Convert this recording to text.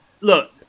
look